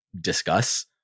discuss